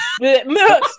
No